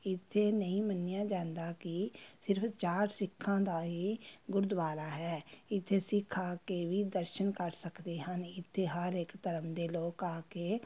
ਇੱਥੇ ਨਹੀਂ ਮੰਨਿਆ ਜਾਂਦਾ ਕਿ ਸਿਰਫ਼ ਚਾਰ ਸਿੱਖਾਂ ਦਾ ਇਹ ਗੁਰਦੁਆਰਾ ਹੈ ਇੱਥੇ ਸਿੱਖ ਆ ਕੇ ਵੀ ਦਰਸ਼ਨ ਕਰ ਸਕਦੇ ਹਨ ਇੱਥੇ ਹਰ ਇੱਕ ਧਰਮ ਦੇ ਲੋਕ ਆ ਕੇ